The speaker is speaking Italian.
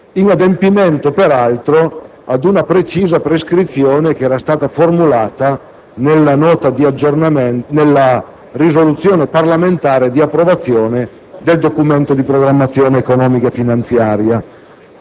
in adempimento, peraltro, ad una precisa prescrizione formulata nella risoluzione parlamentare di approvazione del Documento di programmazione economico-finanziaria.